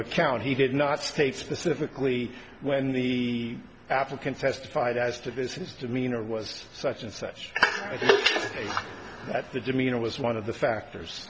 account he did not state specifically when the african testified as to business to mean or was such and such that the demeanor was one of the factors